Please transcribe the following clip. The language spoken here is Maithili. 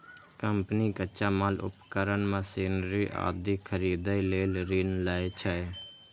कंपनी कच्चा माल, उपकरण, मशीनरी आदि खरीदै लेल ऋण लै छै